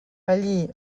allí